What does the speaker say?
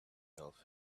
calf